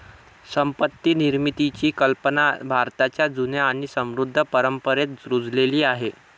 संपत्ती निर्मितीची कल्पना भारताच्या जुन्या आणि समृद्ध परंपरेत रुजलेली आहे